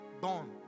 born